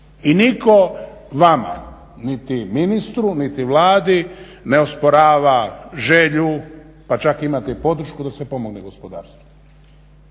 I nitko vama niti ministru niti Vladi ne osporava želju pa čak imate i podršku da se pomogne gospodarstvu